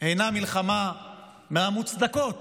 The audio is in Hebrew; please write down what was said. אינה מלחמה מהמוצדקות